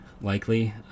likely